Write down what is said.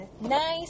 nice